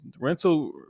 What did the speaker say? rental